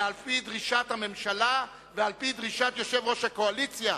אלא על-פי דרישת הממשלה ועל-פי דרישת יושב-ראש הקואליציה.